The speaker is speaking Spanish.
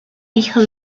hijo